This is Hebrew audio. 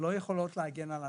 שלא יכולות להגן על עצמן,